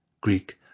Greek